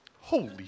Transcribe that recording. Holy